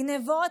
גנבות,